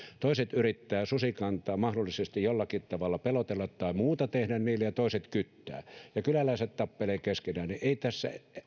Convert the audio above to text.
toiset yrittävät susikantaa mahdollisesti jollakin tavalla pelotella tai muuta tehdä niille ja toiset kyttäävät ja kyläläiset tappelevat keskenään niin ei tässä